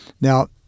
Now